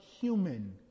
human